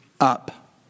up